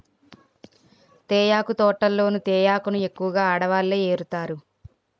తేయాకు తోటల్లో తేయాకును ఎక్కువగా ఆడవాళ్ళే ఏరుతారు